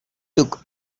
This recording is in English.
took